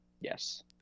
Yes